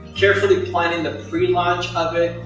carefully planning the pre-launch of it,